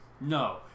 No